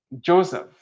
Joseph